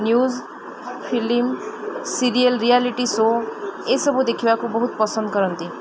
news film serial reality show ଏସବୁ ଦେଖିବାକୁ ବହୁତ ପସନ୍ଦ କରନ୍ତି